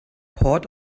port